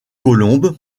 colombe